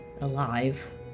alive